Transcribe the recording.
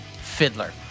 Fiddler